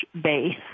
base